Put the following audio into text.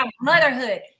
motherhood